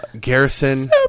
Garrison